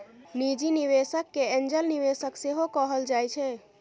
निजी निबेशक केँ एंजल निबेशक सेहो कहल जाइ छै